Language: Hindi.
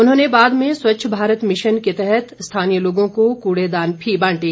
उन्होंने बाद में स्वच्छ भारत मिशन के तहत स्थानीय लोगों को कूड़ेदान भी बांटे